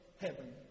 heaven